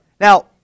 Now